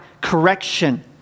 correction